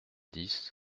dix